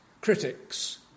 critics